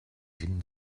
denn